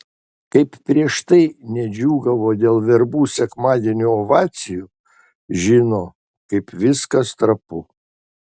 kaip prieš tai nedžiūgavo dėl verbų sekmadienio ovacijų žino kaip viskas trapu